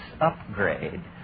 upgrade